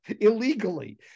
illegally